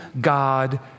God